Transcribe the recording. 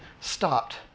stopped